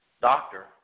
doctor